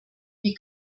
wie